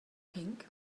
pink